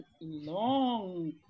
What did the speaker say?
long